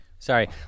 Sorry